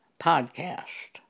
podcast